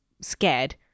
scared